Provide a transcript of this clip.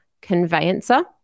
conveyancer